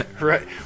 Right